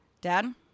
Dad